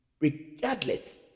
regardless